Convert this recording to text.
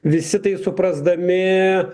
visi tai suprasdami